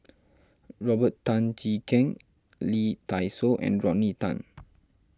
Robert Tan Jee Keng Lee Dai Soh and Rodney Tan